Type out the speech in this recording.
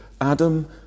Adam